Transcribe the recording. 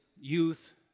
youth